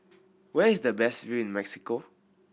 where is the best view in Mexico